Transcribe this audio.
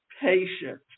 patient